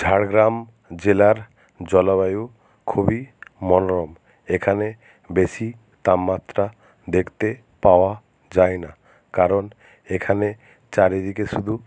ঝাড়গ্রাম জেলার জলবায়ু খুবই মনোরম এখানে বেশি তাপমাত্রা দেখতে পাওয়া যায় না কারণ এখানে চারিদিকে শুধু